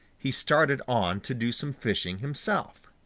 he started on to do some fishing himself.